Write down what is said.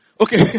Okay